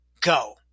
go